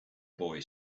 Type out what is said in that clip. boy